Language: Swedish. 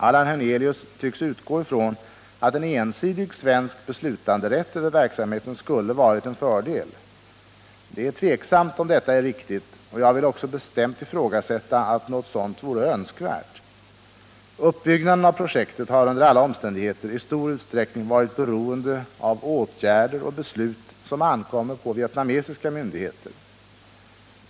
Allan Hernelius tycks utgå från att en ensidig svensk beslutanderätt över verksamheten skulle varit en fördel. Det är tveksamt om detta är riktigt, och jag vill också bestämt ifrågasätta att något sådant vore önskvärt. Uppbyggnaden av projektet har under alla omständigheter i stor utsträckning varit beroende av åtgärder och beslut som ankommer på vietnamesiska myndigheter.